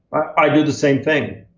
i do the same thing.